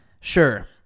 sure